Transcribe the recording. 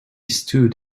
stood